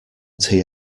tea